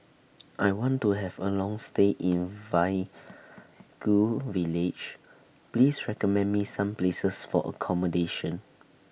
I want to Have A Long stay in Vaiaku Village Please recommend Me Some Places For accommodation